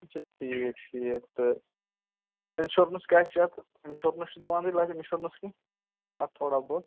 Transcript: اچھا ٹھیٖک ٹھیٖک تہٕ اِنشورَنس کیاہ چھُ اَتھ انِشورَنس چھِ دِوانی لیِِک انِشورَنس کیٚنٛہہ اتھ تھوڈا بہت